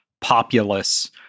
populace